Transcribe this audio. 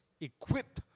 equipped